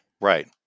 Right